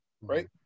right